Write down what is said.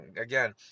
Again